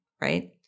right